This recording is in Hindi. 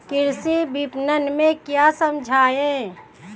कृषि विपणन में क्या समस्याएँ हैं?